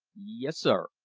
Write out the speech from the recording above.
yes, sir,